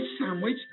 sandwich